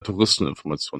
touristeninformation